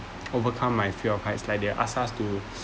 overcome my fear of heights like they asked us to